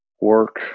work